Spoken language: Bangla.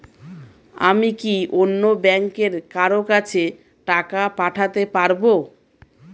আমি কি অন্য ব্যাংকের কারো কাছে টাকা পাঠাতে পারেব?